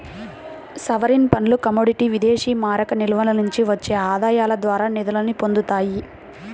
sovereign ఫండ్లు commodity విదేశీమారక నిల్వల నుండి వచ్చే ఆదాయాల ద్వారా నిధుల్ని పొందుతాయి